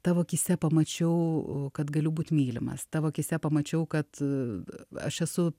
tavo akyse pamačiau kad galiu būt mylimas tavo akyse pamačiau kad aš esu